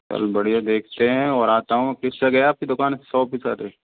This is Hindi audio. चल बढ़िया देखते हैं और आता हूँ किस जगह है आपकी दुकान शॉप पे सर